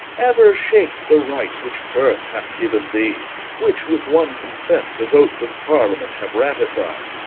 ever shake the right which birth hath given thee which, with one consent, the votes of parliament have ratified?